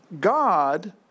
God